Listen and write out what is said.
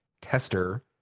tester